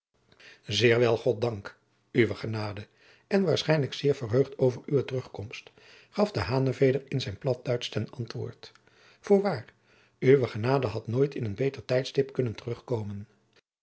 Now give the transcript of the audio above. zeer wel goddank uwe genade en waarschijnlijk zeer verheugd over uwe terugkomst gaf de haneveder in zijn platduitsch ten antwoord voorwaar uwe genade had nooit in een beter tijdstip kunnen terugkomen